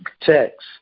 text